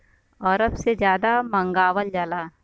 अरब से जादा मंगावल जाला